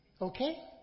Okay